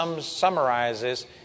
summarizes